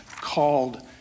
called